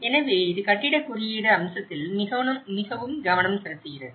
எனவே இது கட்டிடக் குறியீடு அம்சத்தில் மிகவும் கவனம் செலுத்துகிறது